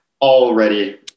already